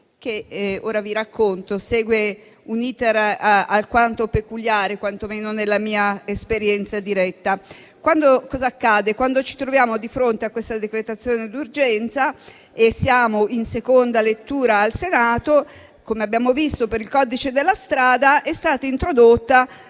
che - ora ve lo racconto - segue un *iter* alquanto peculiare, quantomeno nella mia esperienza diretta. Cosa accade? Quando ci troviamo di fronte a questa decretazione d'urgenza in seconda lettura al Senato, come abbiamo visto per il codice della strada, è stata introdotta